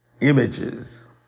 images